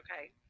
okay